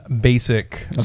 basic